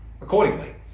accordingly